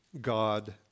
God